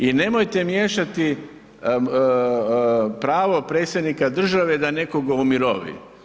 I nemojte miješati pravo predsjednika države da nekoga umirovi.